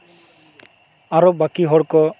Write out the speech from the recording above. ᱟᱨᱚ ᱵᱟᱹᱠᱤ ᱦᱚᱲ ᱠᱚ